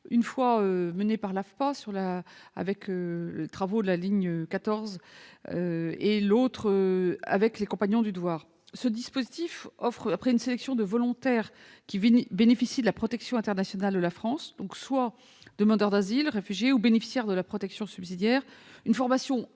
des adultes, avec les travaux de la ligne de métro 14, et l'autre avec les Compagnons du Devoir. Ce dispositif offre, après une sélection de volontaires bénéficiant de la protection internationale de la France en tant que demandeurs d'asile, réfugiés ou bénéficiaires de la protection subsidiaire, une formation